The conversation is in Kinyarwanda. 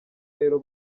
rero